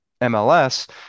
MLS